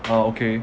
oh okay